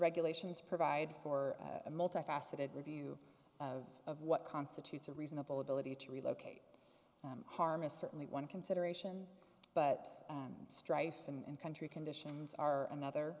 regulations provide for a multi faceted review of of what constitutes a reasonable ability to relocate harm is certainly one consideration but strife and country conditions are another